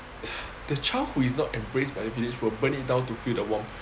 the child who is not embraced by the village will burn it down to feel the warmth